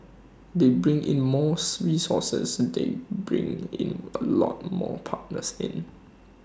they bring in more resources they bring in A lot more partners in